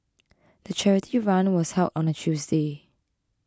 the charity run was held on a Tuesday